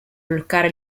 bloccare